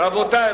רבותי,